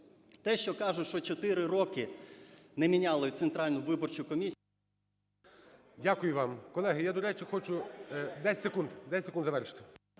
те, що кажуть, що чотири роки не міняли Центральну виборчу комісію… ГОЛОВУЮЧИЙ. Дякую вам. Колеги, я, до речі, хочу… 10 секунд завершити.